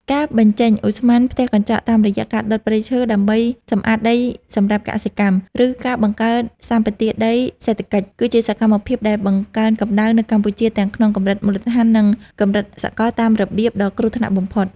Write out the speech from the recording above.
ការបញ្ចេញឧស្ម័នផ្ទះកញ្ចក់តាមរយៈការដុតព្រៃឈើ ដើម្បីសម្អាតដីសម្រាប់កសិកម្ម ឬការបង្កើតសម្បទានដីសេដ្ឋកិច្ច គឺជាសកម្មភាពដែលបង្កើនកម្ដៅនៅកម្ពុជាទាំងក្នុងកម្រិតមូលដ្ឋាន និងកម្រិតសកលតាមរបៀបដ៏គ្រោះថ្នាក់បំផុត។